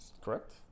Correct